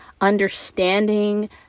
understanding